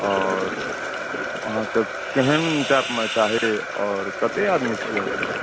आओर अहाँके केहेन टाइप मे चाही और कते आदमी छियै अपने